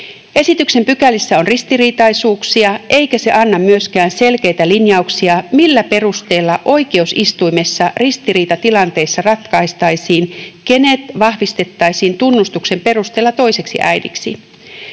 Esityksen pykälissä on ristiriitaisuuksia, eikä se anna myöskään selkeitä linjauksia, millä perusteella oikeusistuimessa ristiriitatilanteissa ratkaistaisiin, kenet vahvistettaisiin tunnustuksen perusteella toiseksi äidiksi.